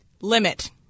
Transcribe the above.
Limit